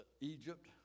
Egypt